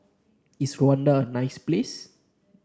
is Rwanda a nice place